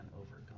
overcome